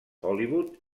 hollywood